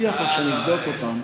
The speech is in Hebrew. מבטיח לך שאני אבדוק אותם,